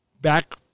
back